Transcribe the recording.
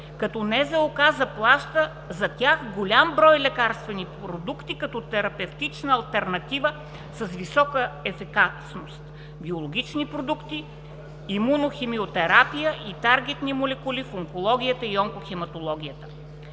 каса заплаща за тях голям брой лекарствени продукти като терапевтична алтернатива с висока ефикасност –биологични продукти, имунохимиотерапия и таргетни молекули в онкологията и онкохематологията.